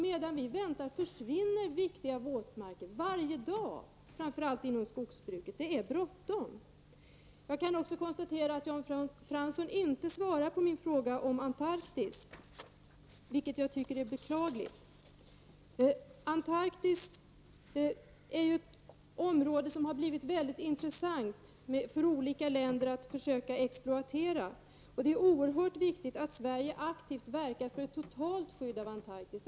Medan vi väntar försvinner viktiga våtmarker varje dag, framför allt inom skogsbruket. Det är bråttom. Jag konstaterar också att Jan Fransson inte svarar på min fråga om Antarktis, vilket jag tycker är beklagligt. Det har ju blivit mycket intressant för olika länder att försöka exploatera Antarktis, och det är oerhört viktigt att Sverige aktivt verkar för ett totalt skydd av Antarktis.